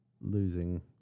losing